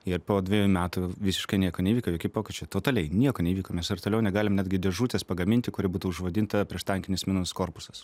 ir po dvejų metų visiškai nieko neįvyko jokių pokyčių totaliai nieko neįvyko mes ir toliau negalim netgi dėžutės pagaminti kuri būtų užvadinta prieštankinės minos korpusas